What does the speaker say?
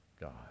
God